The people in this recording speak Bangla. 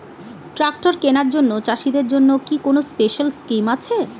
ট্রাক্টর কেনার জন্য চাষিদের জন্য কি কোনো স্পেশাল স্কিম আছে?